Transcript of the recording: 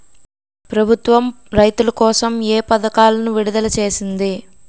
ప్రభుత్వం రైతుల కోసం ఏ పథకాలను విడుదల చేసింది?